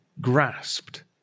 grasped